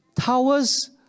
Towers